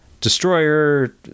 destroyer